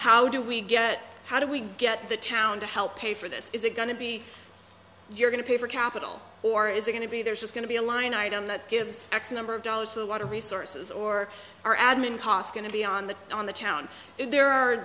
how do we get how do we get the town to help pay for this is it going to be you're going to pay for capital or is going to be there is going to be a line item that gives x number of dollars to the water resources or are admin costs going to be on the on the town there are